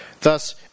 Thus